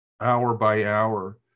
hour-by-hour